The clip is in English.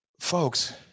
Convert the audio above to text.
Folks